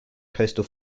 coastal